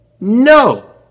No